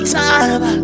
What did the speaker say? time